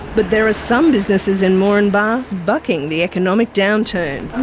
but there are some businesses in moranbah bucking the economic downturn.